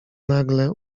nagle